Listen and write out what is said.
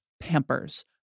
Pampers